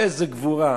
איזה גבורה.